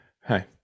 Hi